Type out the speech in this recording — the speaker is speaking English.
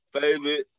favorite